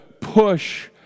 push